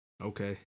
okay